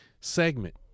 segment